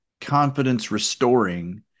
confidence-restoring